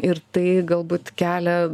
ir tai galbūt kelia